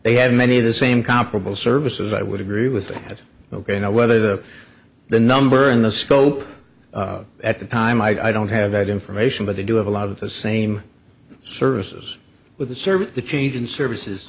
they have many of the same comparable services i would agree with that ok now whether the the number in the scope at the time i don't have that information but they do have a lot of the same services with the servant the change in services